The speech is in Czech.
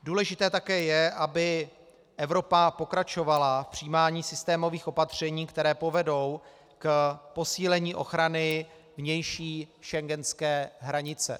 Důležité také je, aby Evropa pokračovala v přijímání systémových opatření, která povedou k posílení ochrany vnější schengenské hranice.